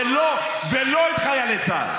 ולא את חיילי צה"ל.